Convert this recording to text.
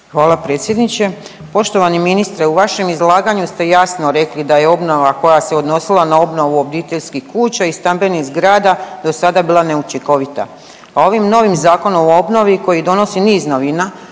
Hvala predsjedniče. Poštovani ministre, u vašem izlaganju ste jasno rekli da je obnova koja se odnosila na obnovu obiteljskih kuća i stambenih zgrada do sada bila neučinkovita. A ovim novim Zakonom o obnovi koji donosi niz novina